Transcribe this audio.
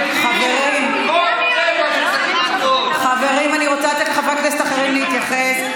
חברים, אני רוצה לתת לחברי כנסת אחרים להתייחס.